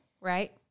right